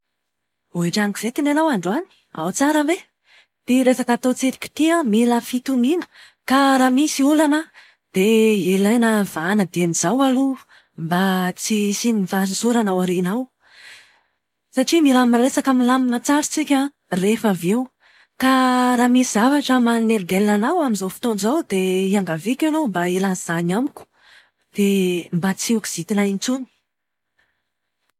Hoatran’ny kizitina ianao androany, ao tsara ve? Ty resaka ataontsika ity an, mila fitoniana. Ka raha misy olana dia ilaina vahàna dieny izao aloha mba tsy hisian'ny fahasosorana ao aoriana ao. Satria mila miresaka milamina tsara tsika rehefa avy eo. Ka raha misy zavatra manelingelina anao amin'izao fotoana izao dia hiangaviako ianao mba hilaza izany amiko. Dia mba tsy ho kizintina intsony.